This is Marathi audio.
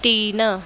तीन